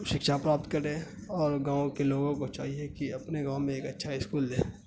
شکچھا پراپت کرے اور گاؤں کے لوگوں کو چاہیے کہ اپنے گاؤں میں ایک اچھا اسکول دے